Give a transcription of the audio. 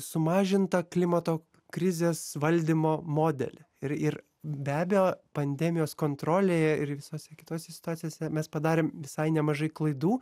sumažintą klimato krizės valdymo modelį ir ir be abejo pandemijos kontrolėje ir visose kitose situacijose mes padarėm visai nemažai klaidų